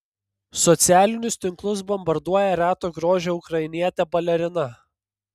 socialinius tinklus bombarduoja reto grožio ukrainietė balerina